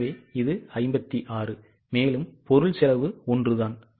எனவே இது 56 மேலும் பொருள் செலவு ஒன்றுதான்